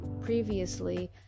previously